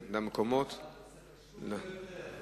ההצעה להעביר את הנושא לוועדת החוץ והביטחון נתקבלה.